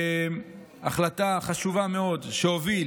החלטה חשובה מאוד שהוביל